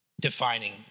defining